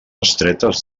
estretes